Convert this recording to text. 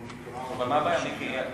בואו נקרא אותו: התבטאותה, אבל מה הבעיה, מיקי?